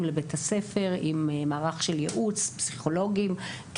לבית הספר עם מערך ייעוץ של פסיכולוגים.